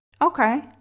okay